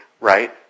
right